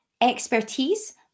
expertise